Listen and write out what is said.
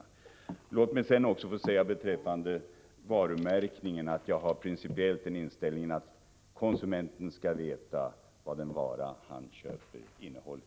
Låt mig sedan säga beträffande varumärkningen att jag principiellt har den inställningen att konsumenten skall veta vad den vara han köper innehåller.